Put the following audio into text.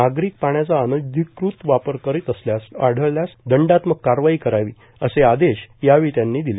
नागरिक पाण्याचा अनधिकृत वापर करीत असल्याचे आढळल्यास दंडात्मक कारवाई करावी असे आदेश यावेळी त्यांनी दिले